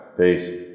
peace